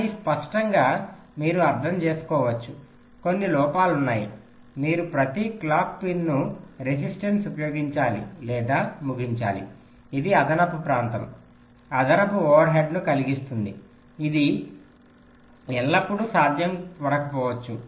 కానీ స్పష్టంగా మీరు అర్థం చేసుకోవచ్చు కొన్ని లోపాలు ఉన్నాయి మీరు ప్రతి క్లాక్ పిన్ను రెసిస్టెన్స్ ఉపయోగించాలి లేదా ముగించాలి ఇది అదనపు ప్రాంతం అదనపు ఓవర్హెడ్ను కలిగిస్తుంది ఇది ఎల్లప్పుడూ సాధ్యపడకపోవచ్చు